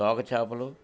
తోక చేపలు